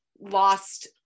lost